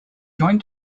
joined